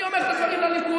אני אומר את הדברים לליכוד,